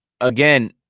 again